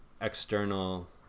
external